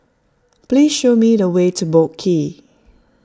please show me the way to Boat Quay